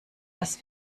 was